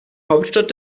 hauptstadt